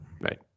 Right